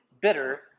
bitter